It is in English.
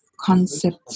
concept